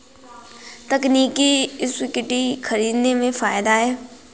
तकनीकी इक्विटी खरीदने में फ़ायदा है